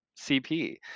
CP